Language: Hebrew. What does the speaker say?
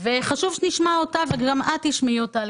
וחשוב שנשמע אותה וחשוב שגם את תשמעי אותה.